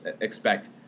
expect